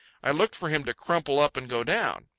i looked for him to crumple up and go down.